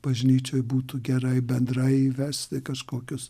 bažnyčioj būtų gerai bendrai įvesti kažkokius